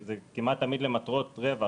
זה כמעט תמיד למטרות רווח,